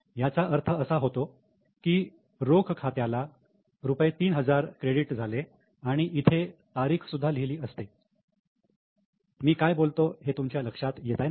याचा अर्थ असा होतो की रोकड खात्याला रुपये 3000 क्रेडिट झाले आणि इथे तारीख सुद्धा लिहिली असते मी काय बोलतो हे तुमच्या लक्षात येताय ना